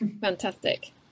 Fantastic